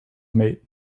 mate